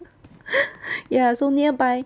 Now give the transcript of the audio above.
ya so nearby